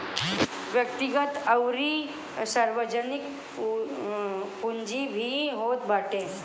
व्यक्तिगत अउरी सार्वजनिक पूंजी भी होत बाटे